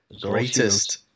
greatest